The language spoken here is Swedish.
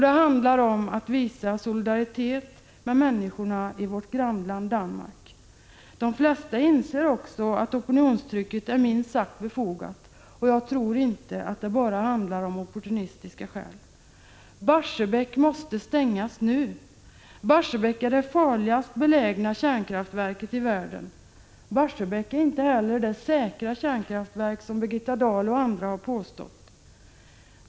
Det handlar om att visa solidaritet med människorna i vårt grannland Danmark. De flesta inser också att opinionstrycket är minst sagt befogat, och jag tror inte att det bara handlar om opportunistiska skäl. Barsebäck måste stängas nu. Barsebäck är det farligast belägna kärnkraftverket i världen. Barsebäck är inte heller det säkra kärnkraftverk som Birgitta Dahl och andra har påstått.